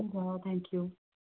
हुन्छ thank you